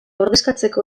ordezkatzeko